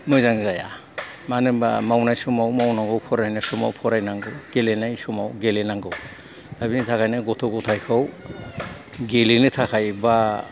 मोजां जाया मानो होनोबा मावनाय समाव मावनांगौ फरायनाय समाव फरायनांगौ गेलेनाय समाव गेलेनांगौ दा बेनि थाखायनो गथ' गथायखौ गेलेनो थाखाय बा